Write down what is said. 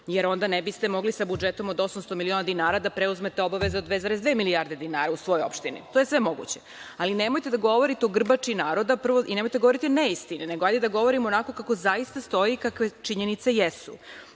jer onda ne biste mogli sa budžetom od 800 miliona dinara da preuzmete obaveze od 2,2 milijarde dinara u svojoj opštini. To je sve moguće. Ali, nemojte da govorite o grbači naroda i nemojte da govorite neistine, nego hajde da govorimo onako kako zaista stoji i kakve činjenice jesu.